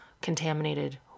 contaminated